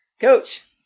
Coach